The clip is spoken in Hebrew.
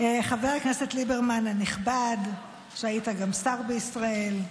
חבר הכנסת ליברמן הנכבד, שהיה גם שר בישראל,